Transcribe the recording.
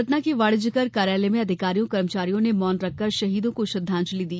सतना के वाणिज्यकर कार्यालय में अधिकारियों कर्मचारियों ने मौन रखकर शहीदों को श्रद्वांजलि दी